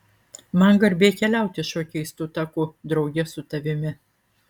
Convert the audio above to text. man garbė keliauti šiuo keistu taku drauge su tavimi